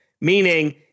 meaning